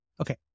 Okay